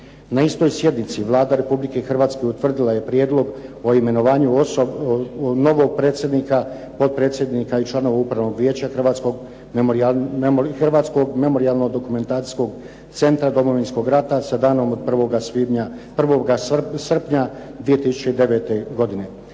Na istoj sjednici Vlada Republike Hrvatske utvrdila je prijedlog o imenovanju novog predsjednika, potpredsjednika i članova Upravnog vijeća Hrvatskog memorijalno-dokumentacijskog centra Domovinskoga rata sa danom 1. srpnja 2009. godine.